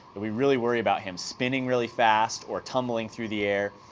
and we really worry about him spinning really fast or tumbling through the air.